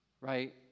Right